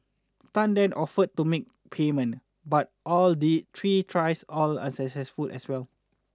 Tan then offered to make payment but all the three tries all was unsuccessful as well